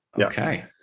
Okay